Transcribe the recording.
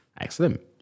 Excellent